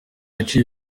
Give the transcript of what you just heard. yaciye